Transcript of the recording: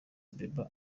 ababa